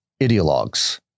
ideologues